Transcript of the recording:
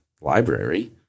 library